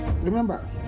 Remember